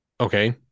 okay